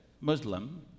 Muslim